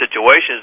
situations